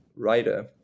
writer